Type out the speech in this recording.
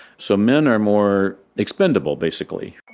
so men are more expendable, basically.